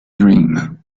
dream